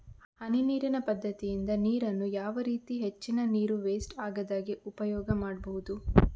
ಹನಿ ನೀರಿನ ಪದ್ಧತಿಯಿಂದ ನೀರಿನ್ನು ಯಾವ ರೀತಿ ಹೆಚ್ಚಿನ ನೀರು ವೆಸ್ಟ್ ಆಗದಾಗೆ ಉಪಯೋಗ ಮಾಡ್ಬಹುದು?